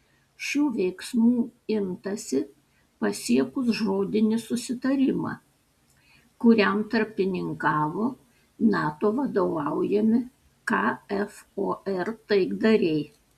šių veiksmų imtasi pasiekus žodinį susitarimą kuriam tarpininkavo nato vadovaujami kfor taikdariai